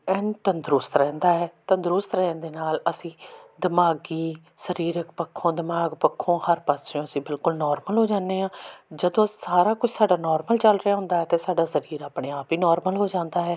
ਐਨ ਤੰਦਰੁਸਤ ਰਹਿੰਦਾ ਹੈ ਤੰਦਰੁਸਤ ਰਹਿਣ ਦੇ ਨਾਲ ਅਸੀਂ ਦਿਮਾਗੀ ਸਰੀਰਕ ਪੱਖੋਂ ਦਿਮਾਗ ਪੱਖੋਂ ਹਰ ਪਾਸਿਓ ਅਸੀਂ ਬਿਲਕੁਲ ਨੋਰਮਲ ਹੋ ਜਾਂਦੇ ਹਾਂ ਜਦੋਂ ਸਾਰਾ ਕੁਛ ਸਾਡਾ ਨੋਰਮਲ ਚੱਲ ਰਿਹਾ ਹੁੰਦਾ ਤਾਂ ਸਾਡਾ ਸਰੀਰ ਆਪਣੇ ਆਪ ਹੀ ਨੋਰਮਲ ਹੋ ਜਾਂਦਾ ਹੈ